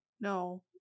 no